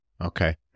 Okay